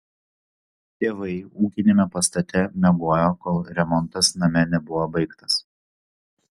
tėvai ūkiniame pastate miegojo kol remontas name nebuvo baigtas